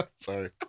Sorry